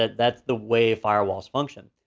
that's the way firewalls function,